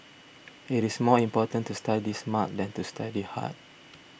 it is more important to study smart than to study hard